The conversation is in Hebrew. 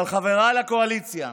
אבל, חבריי לקואליציה,